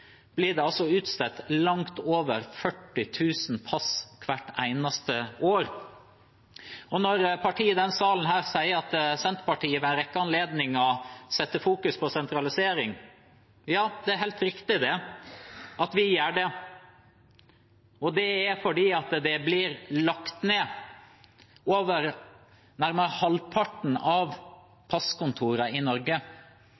blir det utstedt langt over 40 000 pass hvert eneste år. Når partier i denne salen sier at Senterpartiet ved en rekke anledninger retter søkelyset mot sentralisering, er det helt riktig. Vi gjør det. Det er fordi nærmere halvparten av passkontorene i Norge blir lagt ned.